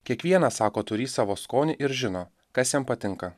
kiekvienas sako turintis savo skonį ir žino kas jam patinka